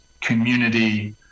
community